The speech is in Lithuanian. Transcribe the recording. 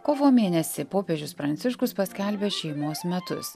kovo mėnesį popiežius pranciškus paskelbė šeimos metus